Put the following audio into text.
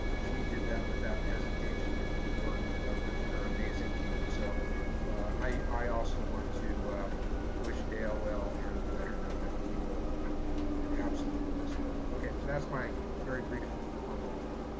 she did that without hesitation and worked with her amazing team. so i also want to wish dale well and let her know that we will absolutely miss her. okay, so that's my very brief informal report.